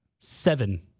Seven